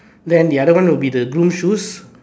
then the other one would be the blue shoes